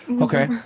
Okay